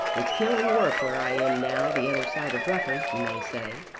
it's killing work where i am now, the other side of rufford, you may say.